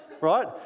right